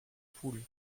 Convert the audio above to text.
poule